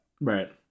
Right